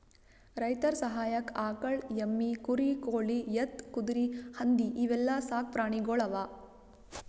ರೈತರ್ ಸಹಾಯಕ್ಕ್ ಆಕಳ್, ಎಮ್ಮಿ, ಕುರಿ, ಕೋಳಿ, ಎತ್ತ್, ಕುದರಿ, ಹಂದಿ ಇವೆಲ್ಲಾ ಸಾಕ್ ಪ್ರಾಣಿಗೊಳ್ ಅವಾ